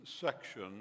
section